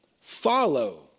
follow